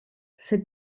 said